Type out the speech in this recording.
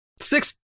six